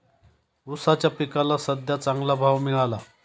ऊसाच्या पिकाला सद्ध्या चांगला भाव मिळाला